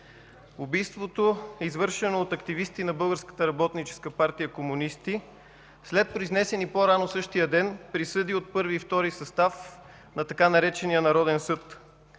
Убийството е извършено от активисти на Българската работническа партия (комунисти), след произнесени по-рано същия ден присъди от І и ІІ състав на така наречения „Народен съд”.